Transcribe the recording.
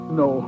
no